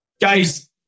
guys